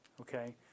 Okay